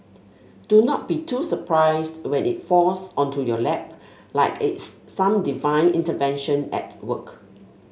do not be too surprised when it falls onto your lap like it's some divine intervention at work